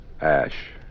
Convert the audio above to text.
ash